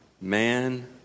Man